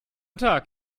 tag